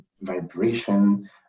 vibration